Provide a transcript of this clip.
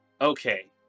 Okay